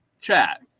chat